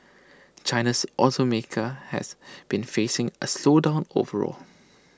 China's also market has been facing A slowdown overall